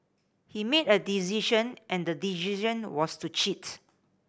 he made a decision and the decision was to cheat